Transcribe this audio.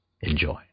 Enjoy